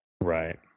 Right